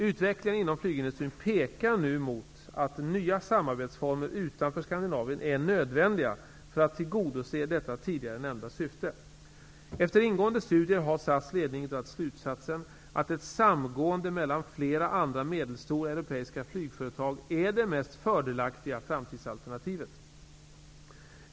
Utvecklingen inom flygindustrin pekar nu mot att nya samarbetsformer utanför Skandinavien är nödvändiga för att tillgodose detta tidigare nämnda syfte. Efter ingående studier har SAS ledning dragit slutsatsen att ett samgående med flera andra medelstora europeiska flygföretag är det mest fördelaktiga framtidsalternativet.